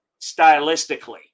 stylistically